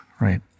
right